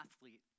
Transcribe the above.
athlete